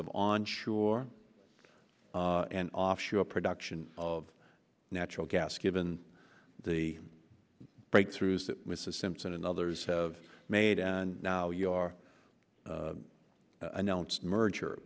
of on sure and offshore production of natural gas given the breakthroughs that mrs simpson and others have made and now you are announced merger